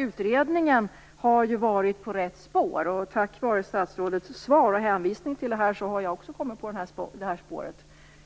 Utredningen har alltså varit på rätt spår, och tack vare statsrådets svar och hänvisning till utredningen har jag också kommit på detta spår.